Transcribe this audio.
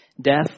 death